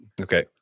Okay